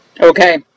Okay